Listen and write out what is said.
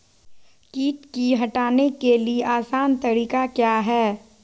किट की हटाने के ली आसान तरीका क्या है?